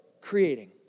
creating